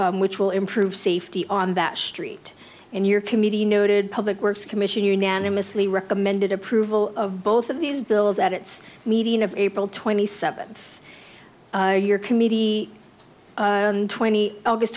s which will improve safety on that street in your committee noted public works commission unanimously recommended approval of both of these bills at its meeting of april twenty seventh your committee twenty august